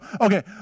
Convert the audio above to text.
okay